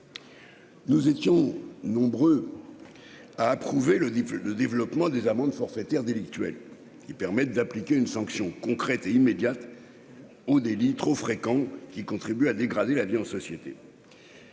Nous étions nombreux. Ah, approuvé le diplôme, le développement des amendes forfaitaires délictuelles qui permet d'appliquer une sanction concrète et immédiate au délit trop fréquents qui contribue à dégrader la vie en société.